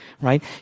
right